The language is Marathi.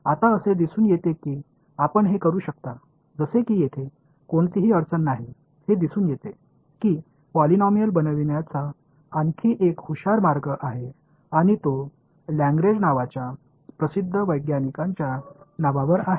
आता असे दिसून येते की आपण हे करू शकता जसे की तेथे कोणतीही अडचण नाही हे दिसून येते की पॉलिनॉमियल बनविण्याचा आणखी एक हुशार मार्ग आहे आणि तो लाग्रंज नावाच्या प्रसिद्ध वैज्ञानिकांच्या नावावर आहे